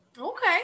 Okay